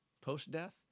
Post-death